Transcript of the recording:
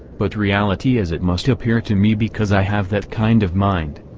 but reality as it must appear to me because i have that kind of mind.